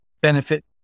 benefit